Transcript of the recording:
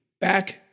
back